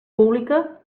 pública